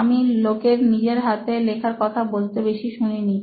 আমি লোকের নিজের হাতে লেখার কথা বলতে বেশি শুনেনি